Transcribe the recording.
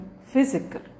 Physical